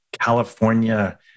California